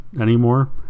anymore